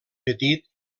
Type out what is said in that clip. petit